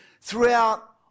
throughout